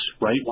right